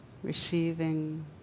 receiving